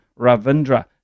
Ravindra